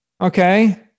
Okay